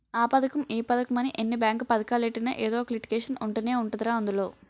ఆ పదకం ఈ పదకమని ఎన్ని బేంకు పదకాలెట్టినా ఎదో ఒక లిటికేషన్ ఉంటనే ఉంటదిరా అందులో